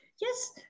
Yes